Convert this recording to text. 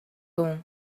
дуун